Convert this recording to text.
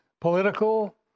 political